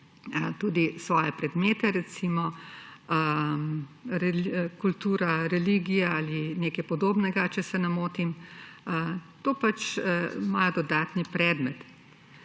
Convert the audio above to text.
tudi svoje predmete, recimo kultura religije ali nekaj podobnega, če se ne motim, to pač imajo dodatni predmet.